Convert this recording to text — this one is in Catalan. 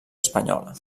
espanyola